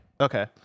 Okay